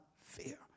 fear